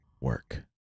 work